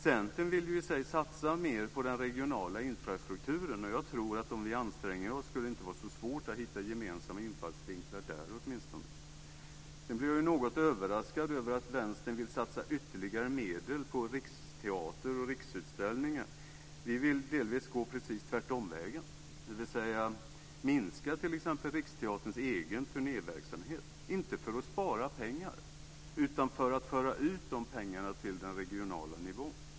Centern vill i sig satsa mer på den regionala infrastrukturen, och jag tror att om vi anstränger oss skulle det inte vara så svårt att hitta gemensamma infallsvinklar åtminstone där. Sedan blir jag något överraskad över att Vänsterpartiet vill satsa ytterligare medel på Riksteatern och Riksutställningar. Vi vill delvis göra precis tvärtemot, dvs. minska t.ex. Riksteaterns egen turnéverksamhet, inte för att spara pengar utan för att föra över de pengarna till den regionala nivån.